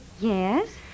Yes